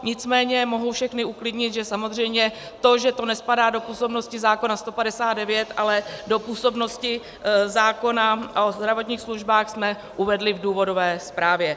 Nicméně mohu všechny uklidnit, že samozřejmě to, že to nespadá do působnosti zákona 159, ale do působnosti zákona o zdravotních službách, jsme uvedli v důvodové zprávě.